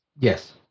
Yes